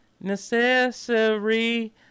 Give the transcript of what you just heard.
necessary